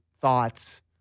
thoughts